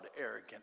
arrogant